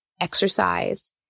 exercise